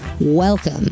welcome